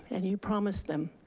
and you promised them.